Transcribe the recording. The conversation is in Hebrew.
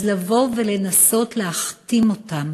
אז לבוא ולנסות להכתים אותם